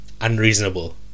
unreasonable